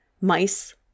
mice